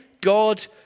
God